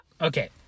Okay